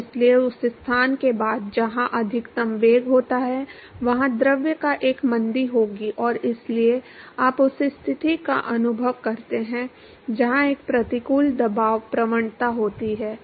तो इसलिए उस स्थान के बाद जहां अधिकतम वेग होता है वहां द्रव का एक मंदी होगी और इसलिए आप उस स्थिति का अनुभव करते हैं जहां एक प्रतिकूल दबाव प्रवणता होती है